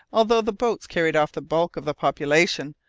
although the boats carried off the bulk of the population,